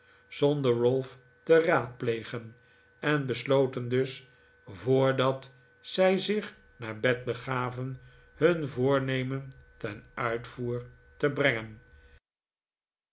zonder ralph te raadplegen en besloten dus voordat zij zich naar bed begaven hun voornemen ten uitvoer te brengen